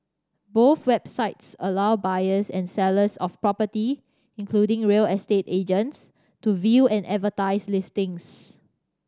both websites allow buyers and sellers of property including real estate agents to view and advertise listings